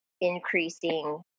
increasing